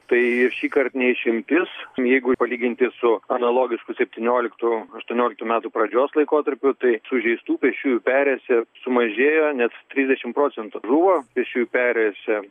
tai šįkart ne išimtis jeigu palyginti su analogišku septynioliktu aštuonioliktų metų pradžios laikotarpiu tai sužeistų pėsčiųjų perėjose sumažėjo net trisdešimt procentų žuvo pėsčiųjų perėjose